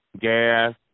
gas